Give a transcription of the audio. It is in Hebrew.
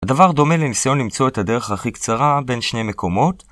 הדבר דומה לנסיון למצוא את הדרך הכי קצרה בין שני מקומות.